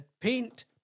Paint